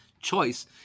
choice